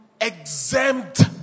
exempt